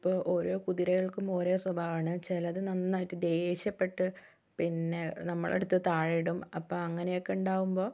ഇപ്പോൾ ഓരോ കുതിരകൾക്കും ഓരോ സ്വഭാവമാണ് ചിലത് നന്നായിട്ട് ദേഷ്യപ്പെട്ട് പിന്നെ നമ്മളെ എടുത്ത് താഴെയിടും അപ്പോൾ അങ്ങനെയൊക്കെ ഉണ്ടാവുമ്പോൾ